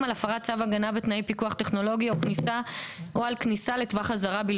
על הפרת צו הגנה בתנאי פיקוח טכנולוגי או על כניסה לטווח אזהרה,